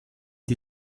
die